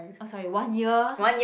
oh sorry one year